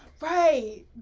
right